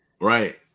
right